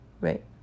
right